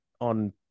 on